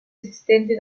esistente